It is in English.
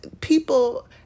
People